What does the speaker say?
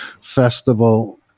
festival